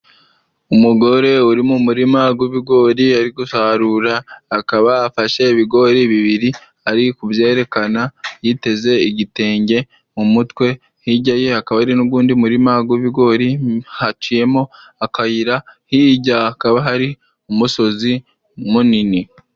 Umugore uri mu muririma w'ibigori ari gusarura akaba afashe ibigori bibiri ari kubyerekana yiteze igitenge mu mutwe, hirya ye hakaba hari n'undi murima w'ibigori haciyemo akayira hirya hakaba hari umusozi munini.